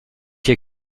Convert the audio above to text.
hier